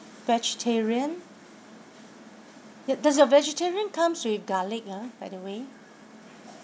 vegetarian does your vegetarian comes with garlic ah by the way